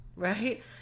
Right